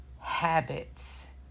habits